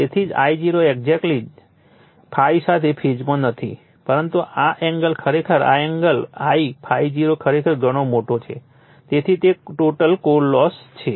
તેથી જ I0 exactly ∅ સાથે ફેઝમાં નથી પરંતુ આ એંગલ ખરેખર આ એંગલ I ∅0 ખરેખર ઘણો મોટો છે તેથી તે ટોટલ કોર લોસ છે